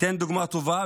תיתן דוגמה טובה,